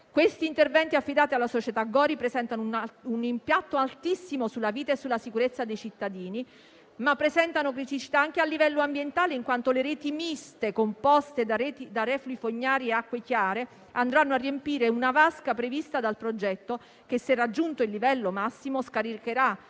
Questi interventi, affidati alla società Gori, presentano un impatto altissimo sulla vita e sulla sicurezza dei cittadini, ma presentano criticità anche a livello ambientale, in quanto le reti miste, composte da reflui fognari e acque chiare, andranno a riempire una vasca prevista dal progetto, che, se viene raggiunto il livello massimo, molto